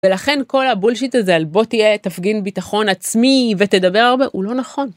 ולכן כל הבולשיט הזה על בוא תהיה תפגין ביטחון עצמי ותדבר הרבה הוא לא נכון.